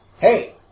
Hey